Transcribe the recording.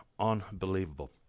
Unbelievable